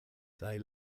they